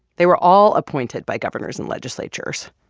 they were all appointed by governors and legislatures.